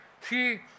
see